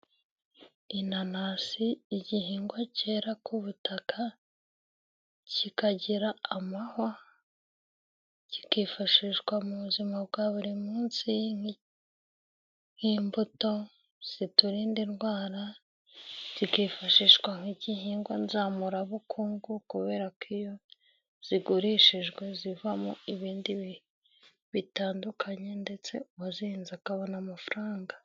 Inanasi igihingwa cyera ku butaka kikagira amahwa kikifashishwa mu buzima bwa buri munsi nk'imbuto ziturinda indwara zikifashishwa nk'igihingwa nzamurabukungu kubera ko iyo zigurishijwe zivamo ibindi bitandukanye ndetse uwazihize akabona amafaranga.